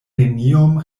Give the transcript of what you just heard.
neniom